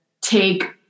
take